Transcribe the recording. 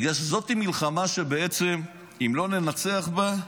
כי זאת מלחמה שאם לא ננצח בה,